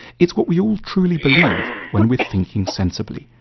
it's what we all truly believe when we're thinking sensibly,